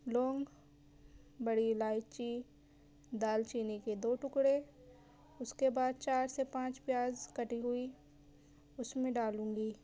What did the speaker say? long بڑی الائچی دالچینی کے دو ٹکڑے اس کے بعد چار سے پانچ پیاز کٹی ہوئی اس میں ڈالونگی